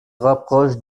rapproche